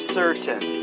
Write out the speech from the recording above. certain